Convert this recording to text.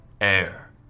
air